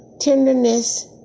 tenderness